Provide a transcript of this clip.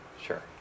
sure